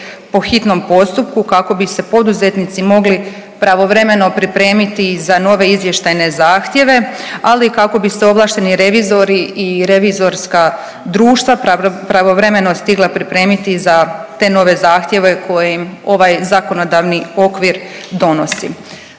po hitnom postupku kako bi se poduzetnici mogli pravovremeno pripremiti za nove izvještajne zahtjeve, ali i kako bi se ovlašteni revizori i revizorska društva pravovremeno stigla pripremiti za te nove zahtjeve koje im ovaj zakonodavni okvir donosi.